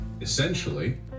essentially